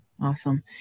Awesome